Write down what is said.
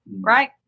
right